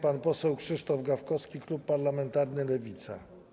Pan poseł Krzysztof Gawkowski, klub parlamentarny Lewica.